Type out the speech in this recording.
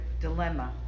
dilemma